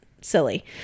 silly